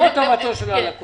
לא רק טובתו של הלקוח.